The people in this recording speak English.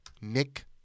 Nick